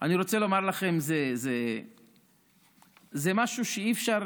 אני רוצה לומר לכם, זה משהו שאי-אפשר